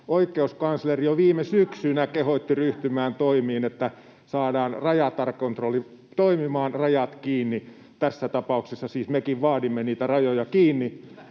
Oikeuskansleri jo viime syksynä kehotti ryhtymään toimiin, että saadaan rajakontrolli toimimaan, rajat kiinni. Tässä tapauksessa siis mekin vaadimme niitä rajoja kiinni.